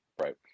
right